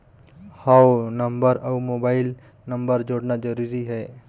हव नंबर अउ mobile number जोड़ना जरूरी हे?